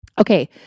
Okay